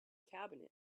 cabinet